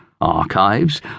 archives